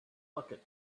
bucket